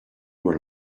were